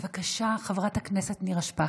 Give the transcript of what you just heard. בבקשה, חברת הכנסת נירה שפק.